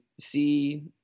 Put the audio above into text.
see